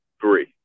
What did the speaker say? three